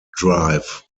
drive